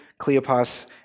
Cleopas